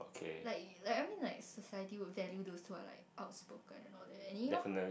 like like I mean like society would value those who are like outspoken and all that and you know how